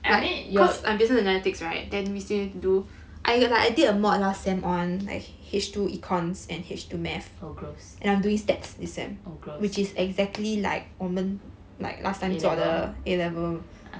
I mean your oh gross oh gross A level ah